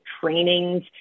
trainings